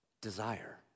Desire